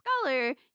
scholar